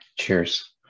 Cheers